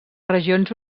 regions